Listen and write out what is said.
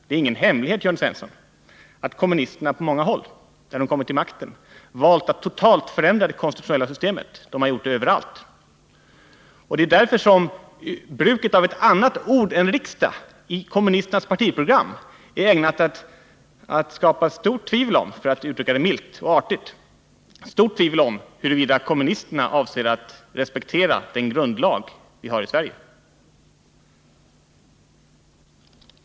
Det är ingen hemlighet, Jörn Svensson, att kommunisterna på många håll — när de kommit till makten — valt att totalt förändra det konstitutionella systemet. De har gjort så överallt. Det är därför som bruket av ett annat ord än riksdag i kommunisternas partiprogram är ägnat att skapa stort tvivel om — för att uttrycka det milt och artigt — huruvida kommunisterna avser att respektera den grundlag vi har i Sverige.